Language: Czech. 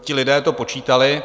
Ti lidé to počítali.